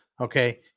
Okay